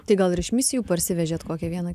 tai gal ir iš misijų parsivežėt kokią vieną